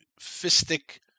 fistic